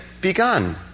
begun